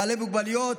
בעלי מוגבלויות,